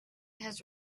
has